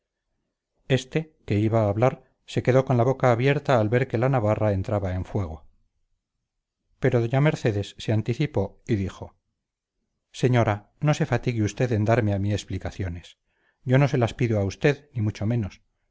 éste que iba a hablar se quedó con la boca abierta al ver que la navarra entraba en fuego pero doña mercedes se anticipó y dijo señora no se fatigue usted en darme a mí explicaciones yo no se las pido a usted ni mucho menos